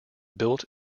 built